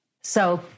So-